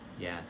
Yes